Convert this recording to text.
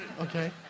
Okay